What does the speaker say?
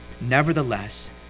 Nevertheless